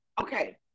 Okay